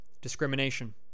Discrimination